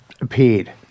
appeared